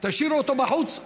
תשאירו אותו בחוץ.